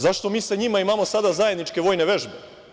Zašto mi sa njima imamo sada zajedničke vojne vežbe?